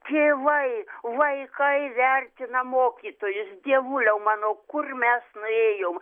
tėvai vaikai vertina mokytojus dievuliau mano kur mes nuėjom